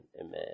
Amen